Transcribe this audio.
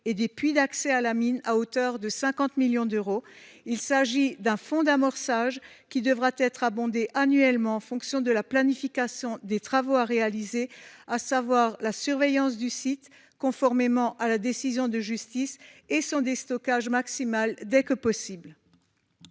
et des puits d’accès à la mine à hauteur de 50 millions d’euros. Il s’agit d’un fonds d’amorçage, qui devra être abondé annuellement en fonction de la planification des travaux à réaliser, à savoir la surveillance du site, conformément à la décision de justice, et son déstockage maximal dès que possible.